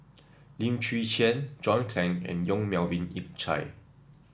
Lim Chwee Chian John Clang and Yong Melvin Yik Chye